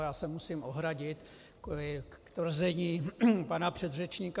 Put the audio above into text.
Já se musím ohradit kvůli tvrzení pana předřečníka.